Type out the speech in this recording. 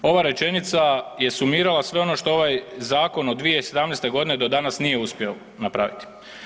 Ova rečenica je sumirala sve ono što ovaj zakon od 2017. do danas nije uspio napraviti.